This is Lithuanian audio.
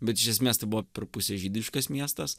bet iš esmės tai buvo per pusę žydiškas miestas